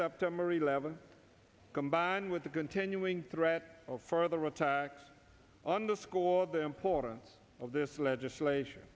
september eleventh combined with the continuing threat of further attacks underscore the importance of this legislation